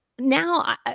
Now